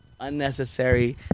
unnecessary